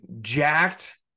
jacked